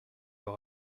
leur